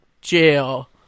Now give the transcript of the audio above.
jail